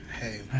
Hey